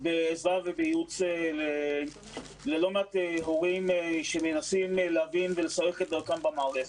בעזרה ובייעוץ ללא מעט הורים שמנסים להבין ולשרך את דרכם במערכת.